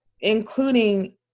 including